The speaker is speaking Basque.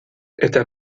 eta